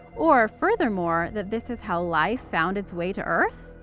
or, furthermore, that this is how life found its way to earth?